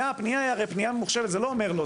הפנייה היא הרי פנייה ממוחשבת, זה לא אומר לו.